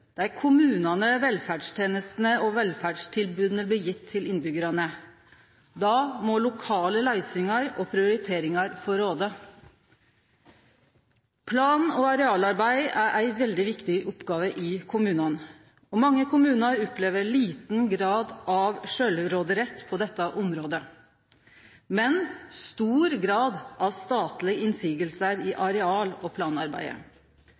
kommunane velferdstenestene og velferdstilboda blir gjevne til innbyggjarane. Då må lokale løysingar og prioriteringar få råde. Plan- og arealarbeid er ei veldig viktig oppgåve i kommunane. Mange kommunar opplever liten grad av sjølvråderett på dette området, men stor grad av statlege motsegner i areal- og planarbeidet.